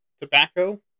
tobacco